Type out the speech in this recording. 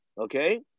Okay